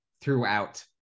throughout